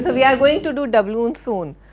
but we are going to do doubloon soon.